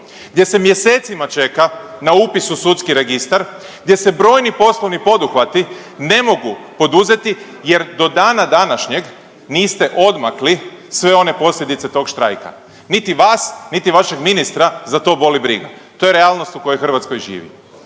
gdje se mjesecima čeka na upis u sudski registar, gdje se brojni poslovni poduhvati ne mogu poduzeti jer do dana današnjeg niste odmakli sve one posljedice tog štrajka. Niti vas niti vašeg ministra za to boli briga. To je realnost u kojoj Hrvatskoj živi.